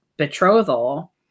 Betrothal